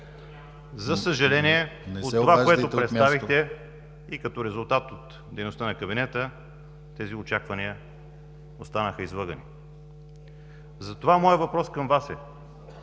За съжаление, от това, което представихте и като резултат от дейността на кабинета, тези очаквания останаха излъгани. Затова моят въпрос към Вас е: